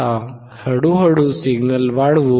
आता हळूहळू सिग्नल वाढवू